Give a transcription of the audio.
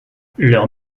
leurs